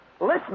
Listen